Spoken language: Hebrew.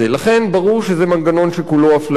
לכן ברור שזה מנגנון שכולו אפליה.